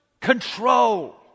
control